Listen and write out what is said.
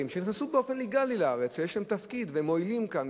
שנכנסו באופן לגלי לארץ שיש להם תפקיד והם מועילים כאן,